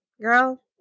girl